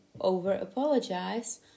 over-apologize